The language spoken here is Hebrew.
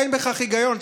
אין בכך היגיון.